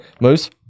Moose